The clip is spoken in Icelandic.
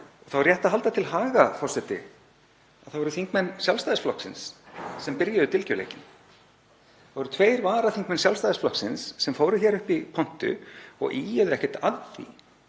Þá er rétt að halda því til haga, forseti, að það voru þingmenn Sjálfstæðisflokksins sem byrjuðu dylgjuleikinn. Það voru tveir varaþingmenn Sjálfstæðisflokksins sem fóru hér upp í pontu og ýjuðu ekkert að því,